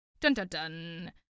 Dun-dun-dun